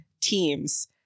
teams